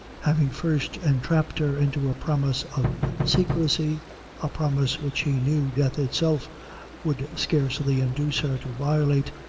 having first entrapped her into a promise of secrecy a promise which he knew death itself would scarcely induce her to violate,